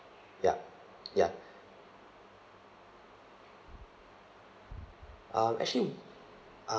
yup ya um actually